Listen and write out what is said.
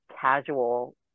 casual